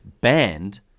banned